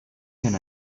can